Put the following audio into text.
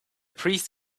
priest